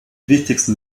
wichtigsten